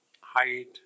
height